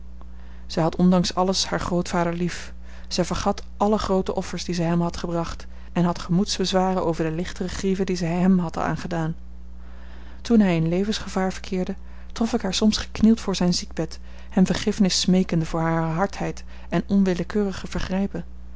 zij had ondanks alles haar grootvader lief zij vergat alle groote offers die zij hem had gebracht en had gemoedsbezwaren over de lichtere grieven die zij hem had aangedaan toen hij in levensgevaar verkeerde trof ik haar soms geknield voor zijn ziekbed hem vergiffenis smeekende voor hare hardheid en onwillekeurige vergrijpen